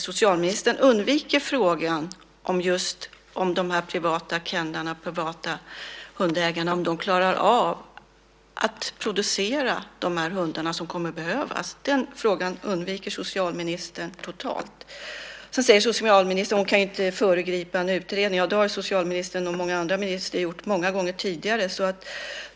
Socialministern undviker frågan om de här privata kennelklubbarna och hundägarna klarar av att producera de hundar som kommer att behövas. Den frågan undviker socialministern totalt. Så säger socialministern att hon inte kan föregripa en utredning. Det har socialministern och andra ministrar gjort många gånger tidigare.